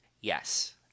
Yes